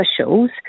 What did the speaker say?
officials